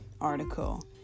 article